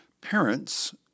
parents